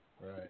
Right